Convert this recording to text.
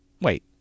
wait